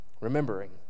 remembering